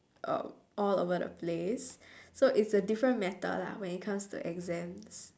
um all over the place so it's a different matter lah when it come to exams